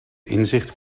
inzicht